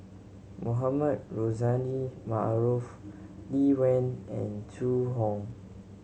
Mohamed Rozani Maarof Lee Wen and Zhu Hong